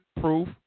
proof